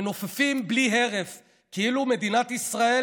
מנופפים בלי הרף כאילו מדינת ישראל